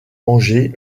manger